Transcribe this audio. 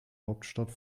hauptstadt